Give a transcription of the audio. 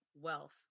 wealth